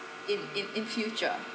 in in in future